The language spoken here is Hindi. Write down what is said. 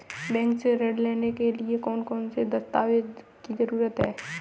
बैंक से ऋण लेने के लिए कौन से दस्तावेज की जरूरत है?